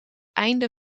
einde